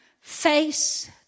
face